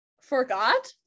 forgot